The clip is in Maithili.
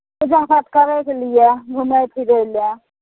पूजा पाठ करैके लिए घुमै फिरै ले